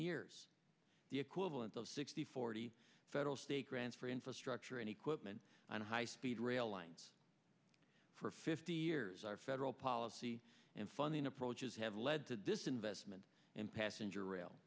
years the equivalent of sixty forty federal state grants for infrastructure and equipment and high speed rail lines for fifty years our federal policy and funding approaches have led to this investment and passenger rail